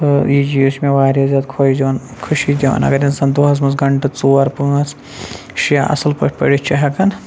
تہٕ یہِ چیٖز چھِ مےٚ واریاہ زیادٕ خۄش دِوَان خوشی دِوَان اگر اِنسان دۄہَس منٛز گنٛٹہٕ ژور پانٛژھ شےٚ اَصٕل پٲٹھۍ پٔرِتھ چھِ ہٮ۪کَن